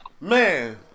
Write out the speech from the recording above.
Man